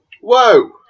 Whoa